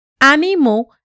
Animo